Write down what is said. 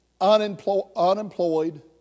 unemployed